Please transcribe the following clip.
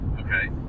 Okay